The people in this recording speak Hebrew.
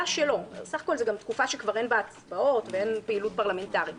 סך הכול זאת גם תקופה שכבר אין בה הצבעות ואין פעילות פרלמנטרית,